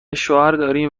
شوهرداریم